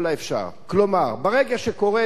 כלומר ברגע שקורה דבר כזה,